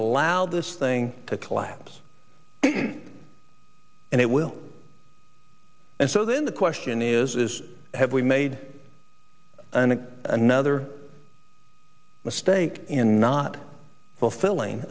allow this thing to collapse and it will and so then the question is is have we made another mistake in not fulfilling